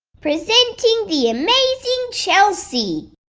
presenting the amazing chelsea!